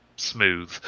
smooth